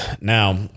Now